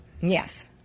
Yes